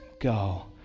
go